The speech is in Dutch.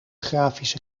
grafische